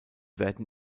werden